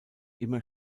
immer